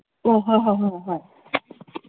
ꯑꯣ ꯍꯣꯏ ꯍꯣꯏ ꯍꯣꯏ